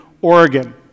Oregon